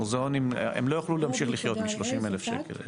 מוזיאונים הם לא יוכלו להמשיך לחיות מ-30 אלף שקל בשנה.